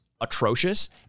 atrocious